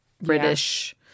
British